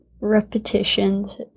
repetitions